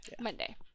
monday